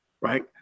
right